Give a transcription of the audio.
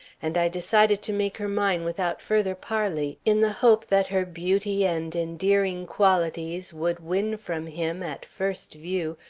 and i decided to make her mine without further parley, in the hope that her beauty and endearing qualities would win from him, at first view,